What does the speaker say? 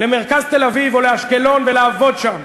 למרכז תל-אביב או לאשקלון, ולעבוד שם.